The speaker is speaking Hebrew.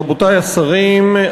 רבותי השרים,